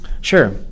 Sure